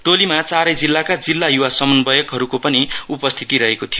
टोलीमा चारै जिल्लाका जिल्ला युवा समन्वयकहरूको पनि उपस्थिति थियो